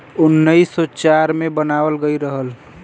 उन्नीस सौ चार मे बनावल गइल रहल